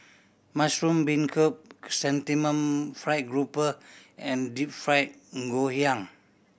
mushroom beancurd Chrysanthemum Fried Grouper and Deep Fried Ngoh Hiang